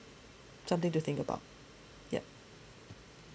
something to think about yup